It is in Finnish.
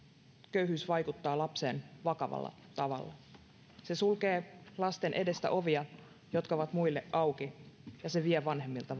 köyhyys vaikuttaa lapseen vakavalla tavalla se sulkee lasten edestä ovia jotka ovat muille auki ja se vie vanhemmilta